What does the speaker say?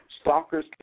Stalkers